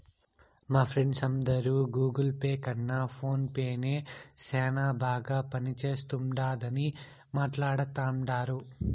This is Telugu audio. మా ఫ్రెండ్స్ అందరు గూగుల్ పే కన్న ఫోన్ పే నే సేనా బాగా పనిచేస్తుండాదని మాట్లాడతాండారు